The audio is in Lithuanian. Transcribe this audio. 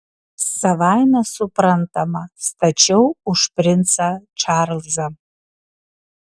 savaime suprantama stačiau už princą čarlzą